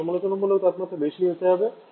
তাই সমালোচনামূলক তাপমাত্রা বেশি হতে হবে